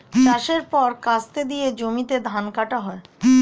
চাষের পর কাস্তে দিয়ে জমিতে ধান কাটা হয়